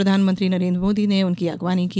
प्रधानमंत्री नरेंद्र मोदी ने उनकी अगवानी की